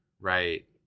Right